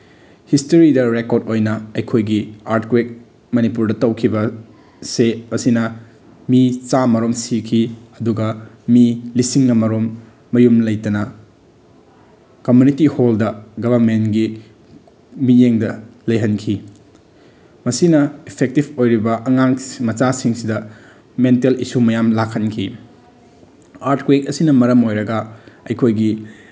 ꯍꯤꯁꯇ꯭ꯔꯤꯗ record ꯑꯣꯏꯅ ꯑꯩꯈꯣꯏꯒꯤ earthquake ꯃꯅꯤꯄꯨꯔꯗ ꯇꯧꯈꯤꯕꯁꯦ ꯑꯁꯤꯅ ꯃꯤ ꯆꯥꯝꯃꯔꯣꯝ ꯁꯤꯈꯤ ꯑꯗꯨꯒ ꯃꯤ ꯂꯤꯁꯤꯡ ꯑꯃꯔꯣꯝ ꯃꯌꯨꯝ ꯂꯩꯇꯅ ꯀꯃꯨꯅꯤꯇꯤ ꯍꯣꯜꯗ ꯒꯕꯔꯟꯃꯦꯟꯒꯤ ꯃꯤꯠꯌꯦꯡꯗ ꯂꯩꯍꯟꯈꯤ ꯃꯁꯤꯅ ꯏꯐꯦꯛꯇꯤꯞ ꯑꯣꯏꯔꯤꯕ ꯑꯉꯥꯡ ꯃꯆꯥꯁꯤꯡꯁꯤꯗ ꯃꯦꯟꯇꯦꯜ ꯏꯁꯨ ꯃꯌꯥꯝ ꯂꯥꯛꯍꯟꯈꯤ ꯑꯥꯔꯠꯀ꯭ꯋꯦꯛ ꯑꯁꯤꯅ ꯃꯔꯝ ꯑꯣꯏꯔꯒ ꯑꯩꯈꯣꯏꯒꯤ